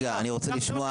אני רוצה לשמוע,